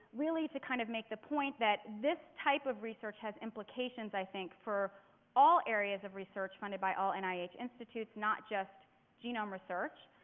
really to kind of make the point that this type of research has implications, i think, for all areas of research funded by all and nih ah institutes not just genome research.